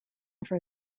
for